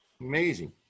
Amazing